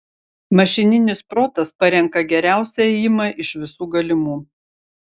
mašininis protas parenka geriausią ėjimą iš visų galimų